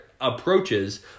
approaches